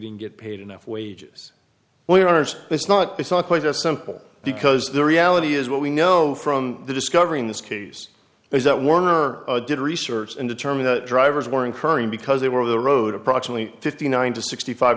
don't get paid enough wages where ours it's not it's not quite as simple because the reality is what we know from the discovery in this case is that warner did research and determine the drivers were incurring because they were of the road approximately fifty nine to sixty five